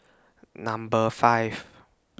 Number five